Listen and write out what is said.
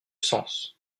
sens